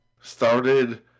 started